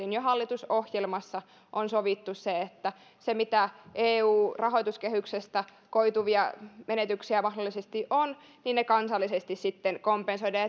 jo hallitusohjelmassa on sovittu että ne mitä eu rahoituskehyksestä koituvia menetyksiä mahdollisesti on kansallisesti sitten kompensoidaan